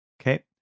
okay